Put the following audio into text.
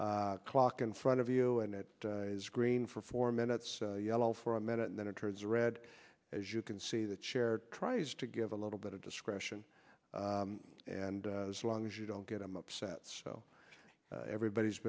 clock in front of you and it is green for four minutes yellow for a minute and then it turns red as you can see the chair tries to give a little bit of discretion and as long as you don't get i'm upset so everybody's